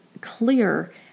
clear